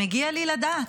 מגיע לי לדעת.